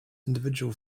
individual